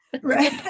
Right